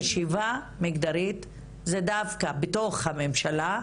חשיבה מגדרית זה דווקא בתוך הממשלה,